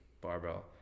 barbell